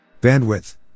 Bandwidth